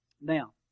Now